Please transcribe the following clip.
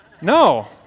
No